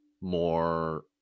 more